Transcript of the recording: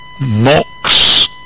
mocks